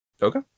Okay